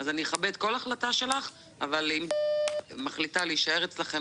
פר אקסלנס --- מה שאני רוצה להגיד,